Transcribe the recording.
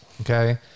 okay